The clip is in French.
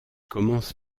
commence